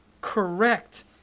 correct